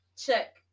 check